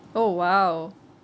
oh !wow!